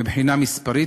מבחינה מספרית,